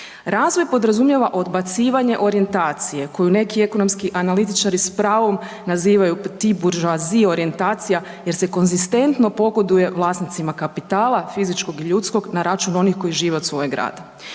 Razvoj podrazumijeva odbacivanje orijentacije koju neki ekonomski analitičari s pravo nazivaju …/Govornik se ne razumije/…jer se konzistentno pogoduje vlasnicima kapitala, fizičkog i ljudskog na račun onih koji žive od svojeg rada.